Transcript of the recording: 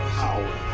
power